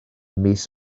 mis